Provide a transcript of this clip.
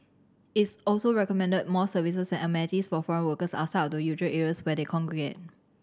it's also recommended more services and amenities for foreign workers outside of the usual areas where they congregate